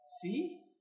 See